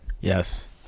Yes